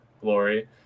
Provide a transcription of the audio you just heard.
glory